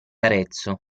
arezzo